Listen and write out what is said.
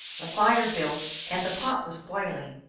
a fire built, and the pot was boiling.